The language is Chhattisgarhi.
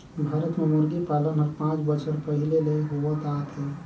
भारत में मुरगी पालन हर पांच बच्छर पहिले ले होवत आत हे